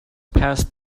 passed